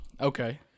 okay